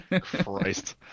Christ